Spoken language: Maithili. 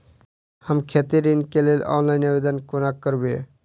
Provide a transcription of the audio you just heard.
हम खेती ऋण केँ लेल ऑनलाइन आवेदन कोना करबै?